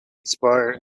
expire